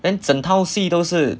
then 整套戏都是